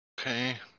Okay